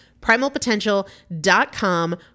Primalpotential.com